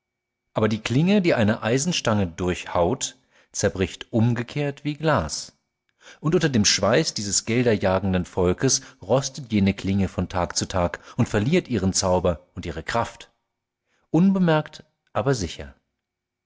aber die klinge die eine eisenstange durchhaut zerbricht umgekehrt wie glas und unter dem schweiß dieses gelderjagenden volkes rostet jene klinge von tag zu tag und verliert ihren zauber und ihre kraft unbemerkt aber sicher